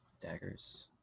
daggers